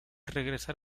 regresar